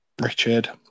Richard